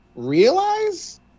Realize